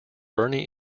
burney